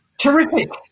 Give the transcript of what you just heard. terrific